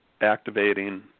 activating